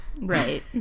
Right